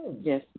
Yes